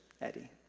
Eddie